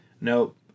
Nope